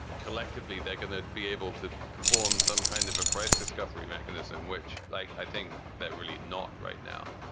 collectively, they're going to be able to perform some kind of a price discovery mechanism, which like i think they're really not right now.